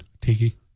Tiki